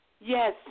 Yes